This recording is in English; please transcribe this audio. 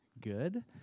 good